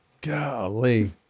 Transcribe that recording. Golly